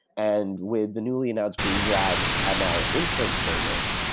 and with the newly announced greengrass ah ml inference service,